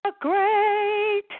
great